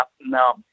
no